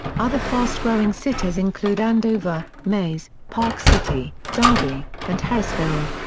other fast-growing cities include andover, maize, park city, derby, and haysville.